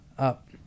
up